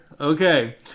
okay